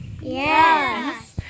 Yes